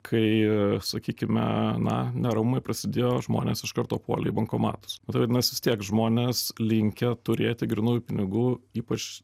kai sakykim na neramumai prasidėjo žmonės iš karto puolė į bankomatus tai vadinas vis tiek žmonės linkę turėti grynųjų pinigų ypač